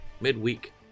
mid-week